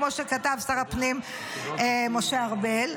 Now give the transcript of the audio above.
כמו שכתב שר הפנים משה ארבל.